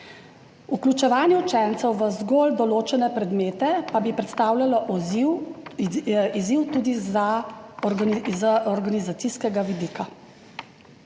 Vključevanje učencev v zgolj določene predmete pa bi predstavljalo izziv tudi z organizacijskega vidika.